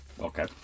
Okay